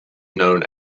known